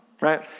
right